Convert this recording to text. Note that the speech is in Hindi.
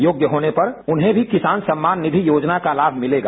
योग्य होने पर उन्हें भी किसान सम्मान निधि योजना का लाभ मिलेगा